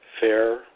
fair